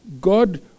God